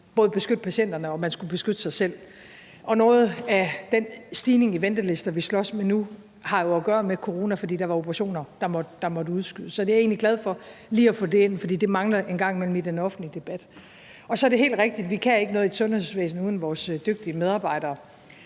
skulle beskytte patienterne og beskytte sig selv. Noget af den stigning i ventelisterne, vi slås med nu, har jo at gøre med corona, fordi der var operationer, der måtte udskydes, så jeg er egentlig glad for lige at få det ind, for det mangler en gang imellem i den offentlige debat. Så er det helt rigtigt, at vi ikke kan noget i et sundhedsvæsen uden vores dygtige medarbejdere.